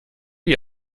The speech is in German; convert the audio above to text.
die